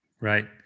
Right